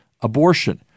Abortion